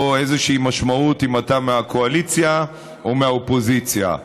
איזושהי משמעות אם אתה מהקואליציה או מהאופוזיציה.